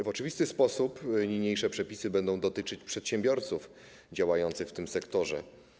W oczywisty sposób niniejsze przepisy będą dotyczyć przedsiębiorców działających w tym sektorze.